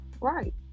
right